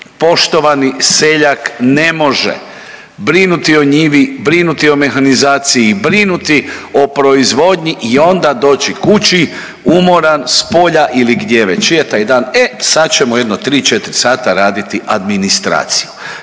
poštovani seljak ne može brinuti o njivi, brinuti o mehanizaciji, brinuti o proizvodnji i onda doći kući umoran s polja ili gdje već je taj dan, e sad ćemo jedno 3-4 sata raditi administraciju.